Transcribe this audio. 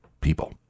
people